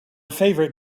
favorite